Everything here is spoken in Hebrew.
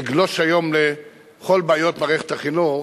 אגלוש היום לכל בעיות מערכת החינוך,